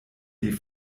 die